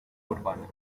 urbana